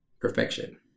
perfection